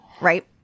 Right